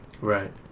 Right